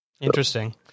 Interesting